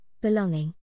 belonging